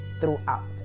throughout